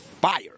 fire